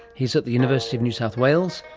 he's at the university of new south wales.